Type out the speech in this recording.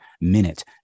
minute